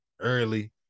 early